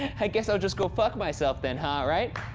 and i guess i'll just go fuck myself then, huh, right?